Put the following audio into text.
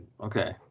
Okay